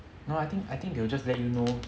no I think I think they'll just let you know